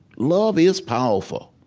love is powerful